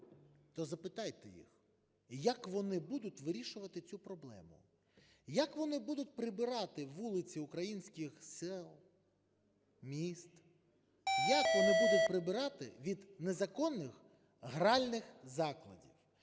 то запитайте їх, як вони будуть вирішувати цю проблему? Як вони будуть прибирати вулиці українських сіл, міст, як вони будуть прибирати від незаконних гральних закладів?